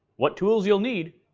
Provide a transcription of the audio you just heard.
what tools you'll need,